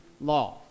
law